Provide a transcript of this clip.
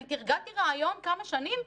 אני תרגלתי רעיון כמה שנים?